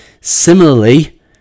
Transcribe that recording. Similarly